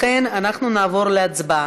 לכן אנחנו נעבור להצבעה.